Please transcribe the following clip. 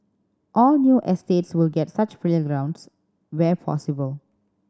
all new estates will get such playgrounds where possible